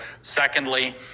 Secondly